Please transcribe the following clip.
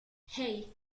hey